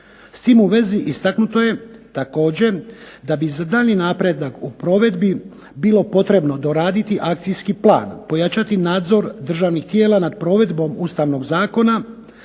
S tim u vezi istaknuto je također da bi za daljnji napredak u provedbi bilo potrebno doraditi Akcijski plan, pojačati nadzor državnih tijela nad provedbom ustavnog zakona